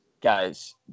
guys